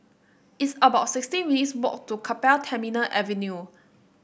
it's about sixty minutes walk to Keppel Terminal Avenue